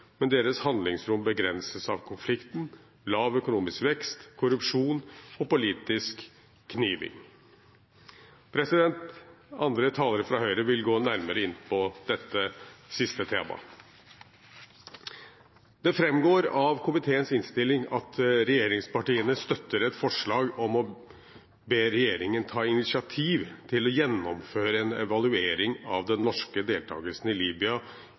men deres handlingsrom begrenses av konflikten, lav økonomisk vekst, korrupsjon og politisk kniving. Andre talere fra Høyre vil gå nærmere inn på dette siste temaet. Det framgår av komiteens innstilling at regjeringspartiene støtter et forslag om å be regjeringen ta initiativ til å gjennomføre en evaluering av den norske deltakelsen i